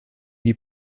lui